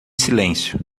silêncio